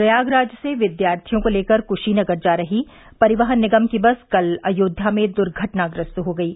प्रयागराज से विद्यार्थियों को लेकर कुशीनगर जा रही परिवहन निगम की बस कल अयोध्या में दुर्घटनाग्रस्त हो गयी